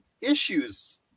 issues